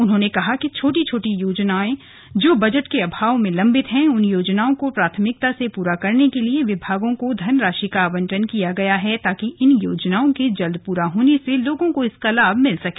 उन्होंने कहा कि छोटी छोटी योजनाएं जो बजट के अभाव में लंबित हैं उन योजनाओं को प्राथमिकता से पूरा करने के लिए विभागों को धनराशि का आवंटन किया गया है ताकि इन योजनाओं के जल्द पूरा होने से लोगों को इसका लाभ मिल सके